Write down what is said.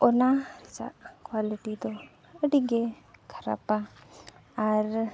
ᱚᱱᱟ ᱠᱚᱣᱟᱞᱤᱴᱤ ᱫᱚ ᱟᱹᱰᱤ ᱜᱮ ᱠᱷᱟᱨᱟᱯᱟ ᱟᱨ